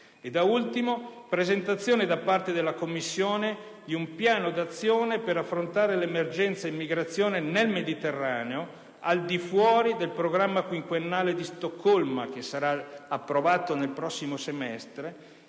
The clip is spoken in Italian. E da ultimo, presentazione, da parte della Commissione, di un piano d'azione per affrontare l'emergenza immigrazione nel Mediterraneo al di fuori del Programma quinquennale di Stoccolma, che sarà approvato nel prossimo semestre;